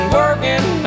working